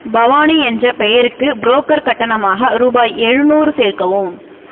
பவானி என்ற பெயருக்கு புரோக்கர் கட்டணமாக ரூபாய் எழுநூறு சேர்க்கவும்